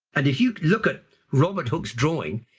and if you look at robert hooke's drawing,